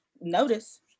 notice